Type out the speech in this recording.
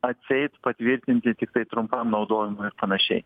atseit patvirtinti tiktai trumpam naudojimui ir panašiai